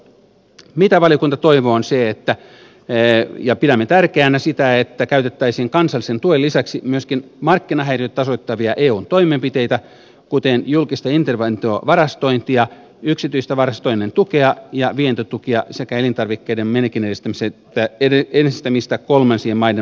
mitä valiokunta toivoo ja pitää tärkeänä on se että käytettäisiin kansallisen tuen lisäksi myöskin markkinahäiriöitä tasoittavia eun toimenpiteitä kuten julkista interventiovarastointia yksityisen varastoinnin tukea ja vientitukia sekä elintarvikkeiden menekin edistämistä kolmansien maiden markkinoilla